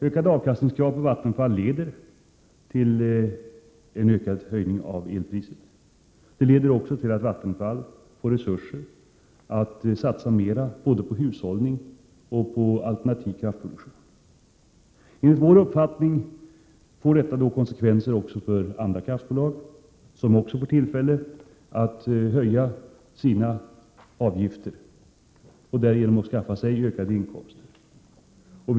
Ökade avkastningskrav på Vattenfall leder till en ytterligare höjning av elpriset. Det leder också till att Vattenfall får resurser att satsa mera på både hushållning och alternativ kraftproduktion. Enligt vår uppfattning får höjda avkastningskrav på Vattenfall även konsekvenser för andra kraftbolag, som också får tillfälle att höja sina avgifter och därigenom skaffa sig ökade inkomster.